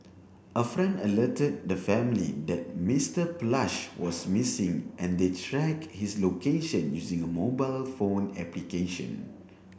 a friend alerted the family that Mister Plush was missing and they tracked his location using a mobile phone application